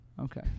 Okay